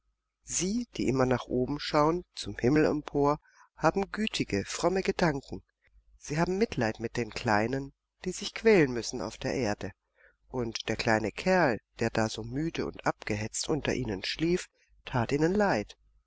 sie die immer nach oben schauen zum himmel empor haben gütige fromme gedanken sie haben mitleid mit den kleinen die sich quälen müssen auf der erde und der kleine kerl der da so müde und abgehetzt unter ihnen schlief tat ihnen leid